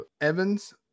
Evans